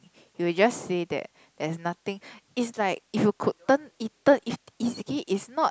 you will just say that there's nothing it's like if you could turn it turn it's it's okay it's not